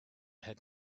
had